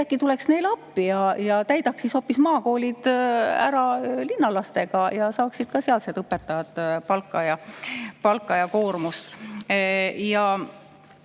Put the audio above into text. lahendusi? Äkki tuleks neile appi ja täidaks hoopis maakoolid ära linnalastega ja saaksid ka sealsed õpetajad palka ja koormust?